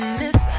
miss